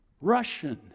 Russian